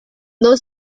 dos